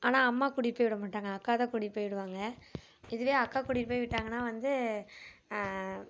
ஆனால் அம்மா கூட்டிட்டு போய் விட மாட்டாங்கள் அக்கா தான் கூட்டிட்டு போய் விடுவாங்கள் இதுவே அக்கா கூட்டிட்டு போய் விட்டாங்கன்னால் வந்து